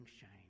shame